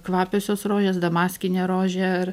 kvapiosios rožės damaskinė rožė ar